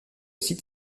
site